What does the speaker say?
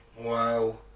Wow